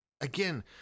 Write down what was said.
again